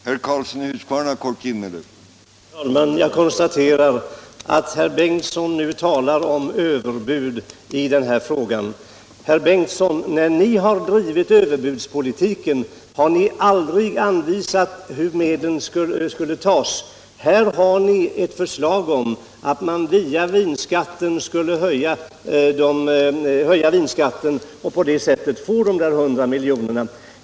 Herr talman! Jag konstaterar att herr Bengtson nu talar om överbud i denna fråga. Herr Bengtson, när ni har drivit överbudspolitiken har ni aldrig anvisat hur medlen skall tas. Här har vi ett förslag om att höja vinskatten och på det sättet få 100 miljoner.